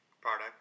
product